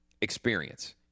experience